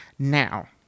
Now